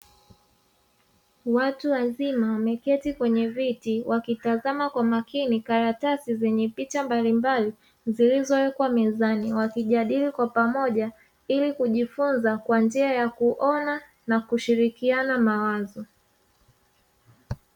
Watu wazima wameketi kwenye viti wakitazama kwa makini karatasi zenye picha mbalimbali, zilizowekwa mezani wakijadili kwa pamoja ili kujifunzia kwa njia ya kuona na kushilikiana mawazo.